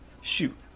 Shoot